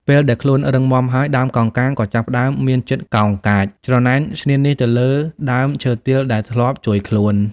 ពេលដែលខ្លួនរឹងមាំហើយ ដើមកោងកាងក៏ចាប់ផ្តើមមានចិត្តកោងកាច ច្រណែនឈ្នានីសទៅលើដើមឈើទាលដែលធ្លាប់ជួយខ្លួន។